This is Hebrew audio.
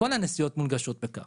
כל הנסיעות בקו מונגשות.